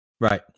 Right